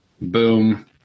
Boom